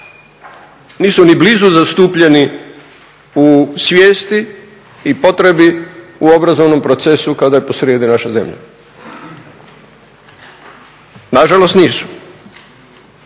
nisu ni blizu zastupljeni u svijesti i potrebi u obrazovnom procesu kada je posrijedi naša zemlja. Nažalost nisu.